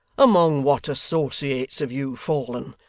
among what associates have you fallen?